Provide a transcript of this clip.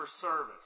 service